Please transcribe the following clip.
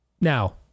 Now